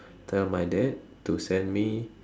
tell my dad to send me